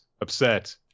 upset